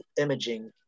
imaging